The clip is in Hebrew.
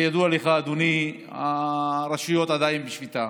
כידוע לך, אדוני, הרשויות עדיין בשביתה,